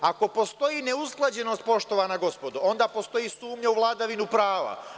Ako postoji neusklađenost, poštovana gospodo, onda postoji sumnja u vladavinu prava.